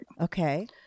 Okay